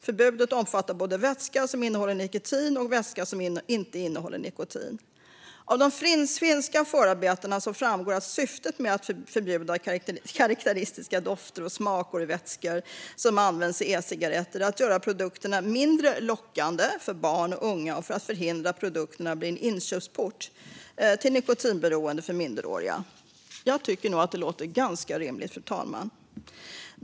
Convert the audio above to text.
Förbudet omfattar både vätska som innehåller nikotin och vätska som inte innehåller nikotin. Av de finska förarbetena framgår att syftet med att förbjuda karakteristiska dofter och smaker i vätskor som används i e-cigaretter är att göra produkterna mindre lockande för barn och unga och att förhindra att produkterna blir en inkörsport till nikotinberoende för minderåriga. Jag tycker, fru talman, att det låter ganska rimligt.